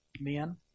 Men